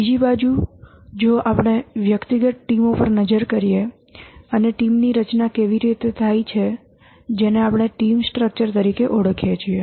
બીજી બાજુ જો આપણે વ્યક્તિગત ટીમો પર નજર કરીએ અને ટીમની રચના કેવી રીતે થાય છે જેને આપણે ટીમ સ્ટ્રક્ચર તરીકે ઓળખીએ છીએ